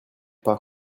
pas